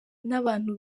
n’abantu